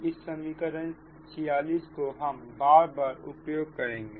इस समीकरण 46 को हम बार बार उपयोग करेंगे